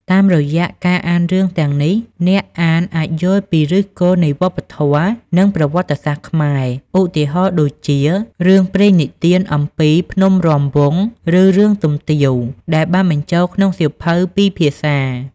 តាមរយៈការអានរឿងទាំងនេះ អ្នកអានអាចយល់ពីឫសគល់នៃវប្បធម៌ និងប្រវត្តិសាស្ត្រខ្មែរ។ ឧទាហរណ៍ដូចជា រឿងព្រេងនិទានអំពី ភ្នំរាំវង់ ឬ រឿងទុំទាវ ដែលបានបញ្ចូលក្នុងសៀវភៅពីរភាសា។